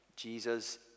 Jesus